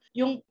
yung